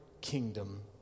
kingdom